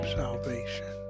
salvation